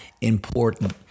important